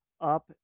up